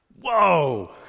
Whoa